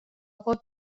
پات